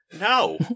No